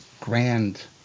grand